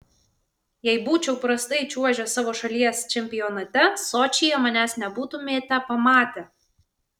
jei būčiau prastai čiuožęs savo šalies čempionate sočyje manęs nebūtumėte pamatę